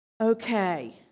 okay